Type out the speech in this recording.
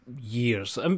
years